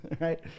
right